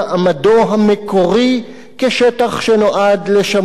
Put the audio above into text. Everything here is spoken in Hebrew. כשטח שנועד לשמש בית לאומי לעם היהודי,